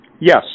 Yes